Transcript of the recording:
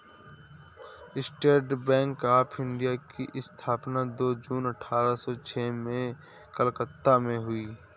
state bank of India की स्थापना दो जून अठारह सो छह में कलकत्ता में हुई